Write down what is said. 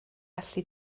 allu